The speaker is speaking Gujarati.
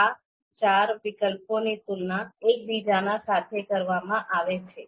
આ ચાર વિકલ્પોની તુલના એકબીજા સાથે કરવામાં આવે છે